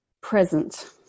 present